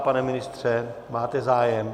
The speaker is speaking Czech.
Pane ministře, máte zájem?